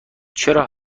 چرا